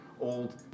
old